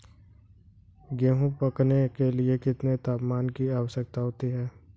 गेहूँ पकने के लिए कितने तापमान की आवश्यकता होती है?